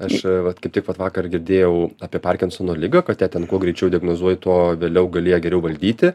aš vat kaip tik vat vakar girdėjau apie parkinsono ligą kad ją ten kuo greičiau diagnozuoji tuo vėliau gali ją geriau valdyti